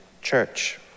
Church